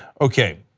okay.